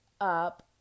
up